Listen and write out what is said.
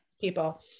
people